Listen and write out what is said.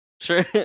sure